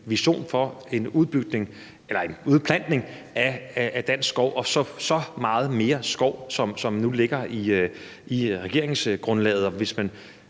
eller en udplantning af dansk skov og så meget mere skov, som der nu ligger i regeringsgrundlaget.